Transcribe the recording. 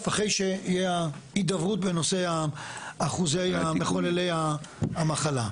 אחרי שיהיה ההידברות בנושא אחוזי מחוללי המחלה.